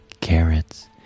carrots